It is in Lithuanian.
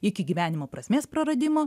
iki gyvenimo prasmės praradimo